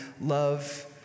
love